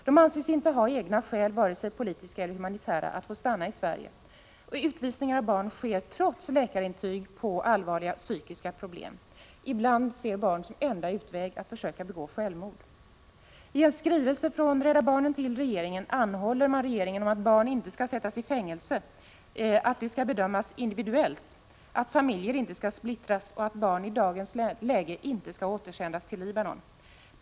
De anses inte ha egna skäl, vare sig politiska eller humanitära, att få stanna i Sverige, och utvisning av barn sker trots läkarintyg om allvarliga psykiska problem. Ibland ser barn som enda utväg att försöka begå självmord. I en skrivelse från Rädda barnen till regeringen anhåller man att barn inte skall sättas i fängelse och att de skall bedömas individuellt samt att familjer inte skall splittras. Vidare anhåller man att barn i dagens läge inte skall återsändas till Libanon.